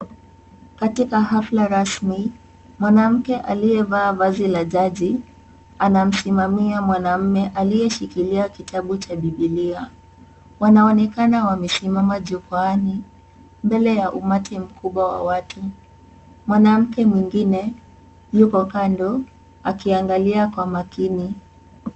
Katika hafla rasmi, mwanamke aliyevaa vazi la jaji ana msimamia mwanaume aliyeshikilia kitabu cha biblia. Wanaonekana wamesimama jukwaani mbele ya umati mkubwa wa watu. Mwanamke mwingine yuko kando akiangalia kwa makini.